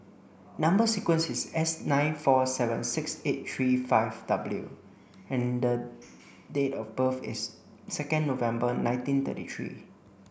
number sequence is S nine four seven six eight three five W and date of birth is second November nineteen thirty three